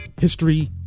History